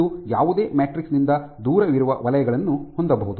ಇದು ಯಾವುದೇ ಮ್ಯಾಟ್ರಿಕ್ಸ್ ನಿಂದ ದೂರವಿರುವ ವಲಯಗಳನ್ನು ಹೊಂದಬಹುದು